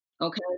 Okay